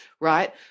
right